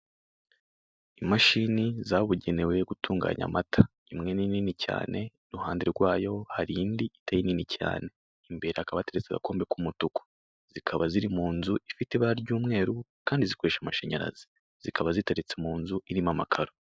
Imishini zabugenewe gutunganya amata imwe ni nini cyane iruhande rwayo hari indi itari nini cyane, imbere hakaba hateretse agakombe k'umutuku zikaba ziri mu nzu ifite amabara y'umweru kandi zikoresha amashanyarazi zikaba ziteretse mu nzu irimo amakaro.